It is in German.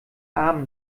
arm